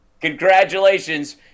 Congratulations